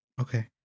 Okay